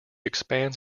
expands